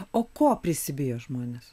o ko prisibijo žmonės